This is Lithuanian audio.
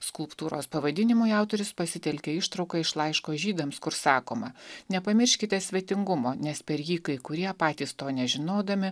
skulptūros pavadinimui autorius pasitelkė ištrauką iš laiško žydams kur sakoma nepamirškite svetingumo nes per jį kai kurie patys to nežinodami